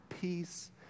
peace